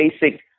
basic